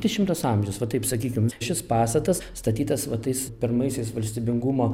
dešimtas amžius va taip sakykim šis pastatas statytas va tais pirmaisiais valstybingumo